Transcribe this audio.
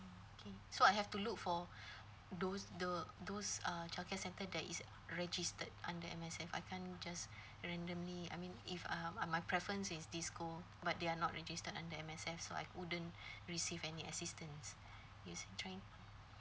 okay so I have to look for those the those uh childcare center that is registered under M_S_F I can't just randomly I mean if uh m~ my preference is this school but they are not registered under M_S_F so I couldn't receive any assistance